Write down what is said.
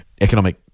economic